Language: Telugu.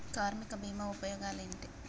కార్మిక బీమా ఉపయోగాలేంటి?